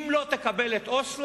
אם לא תקבל את אוסלו,